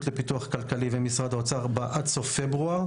לפיתוח כלכלי ומשרד האוצר עד סוף פברואר,